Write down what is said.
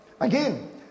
Again